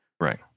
Right